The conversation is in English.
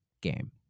game